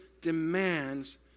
demands